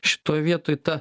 šitoj vietoj ta